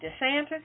DeSantis